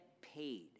paid